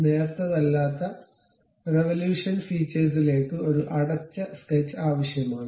നേർത്തതല്ലാത്ത revolution ഫീച്ചേഴ്സിലേക്ക് ഒരു അടച്ച സ്കെച്ച് ആവശ്യമാണ്